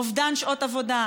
אובדן שעות עבודה.